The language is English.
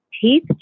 teeth